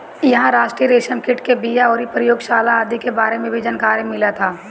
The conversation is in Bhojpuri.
इहां राष्ट्रीय रेशम कीट के बिया अउरी प्रयोगशाला आदि के बारे में भी जानकारी मिलत ह